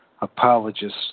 Apologists